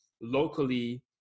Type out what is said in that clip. locally